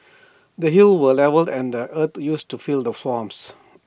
the hills were levelled and the earth used to fill the swamps